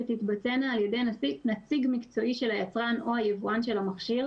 שתתבצענה על- ידי נציג מקצועי של היצרן או היבואן של המכשיר,